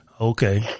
okay